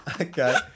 Okay